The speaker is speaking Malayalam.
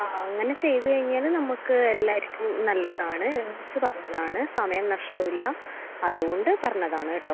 ആ അങ്ങനെ ചെയ്ത് കഴിഞ്ഞാൽ നമ്മൾക്ക് എല്ലാവ്വാർക്കും നല്ലതാണ് എന്ന് വച്ച് പറഞ്ഞതാണ് സമയം നഷ്ടവുമില്ല അതുകൊണ്ട് പറഞ്ഞതാണ് കേട്ടോ